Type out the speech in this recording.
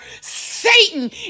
Satan